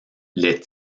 les